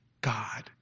God